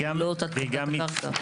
לא תת קרקעיים.